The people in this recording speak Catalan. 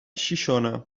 xixona